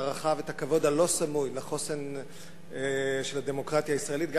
ההערכה ואת הכבוד הלא-סמוי לחוסן של הדמוקרטיה הישראלית,